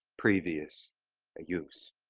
previous ah use.